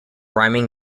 rhyming